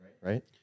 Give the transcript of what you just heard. right